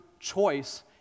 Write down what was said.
Choice